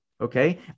Okay